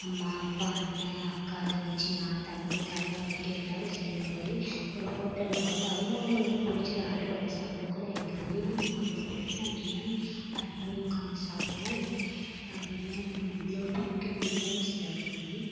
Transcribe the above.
அம்மா அப்பா அண்ணன் அக்கா தங்கச்சி நான் தம்பி தாத்தா பாட்டி எல்லோரும் சேர்ந்து போய் ஒரு ஹோட்டலில் உட்காந்து அவங்க அவங்களுக்கு பிடிச்சத ஆர்டர் பண்ணி சாப்பிடக்குள்ள எனக்கு பிரியாணினா அவ்வளோ பிடிக்கும் ஏன்னா பிரியாணி ஆர்டர் பண்ணி உட்காந்து சாப்பிடுவேன் பிரியாணினா அவ்வளோ பிடிக்கும் பிரியாணிஸ் லைக் மீ